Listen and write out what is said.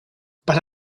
but